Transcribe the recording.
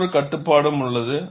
மற்றொரு கட்டுப்பாடும் உள்ளது